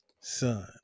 son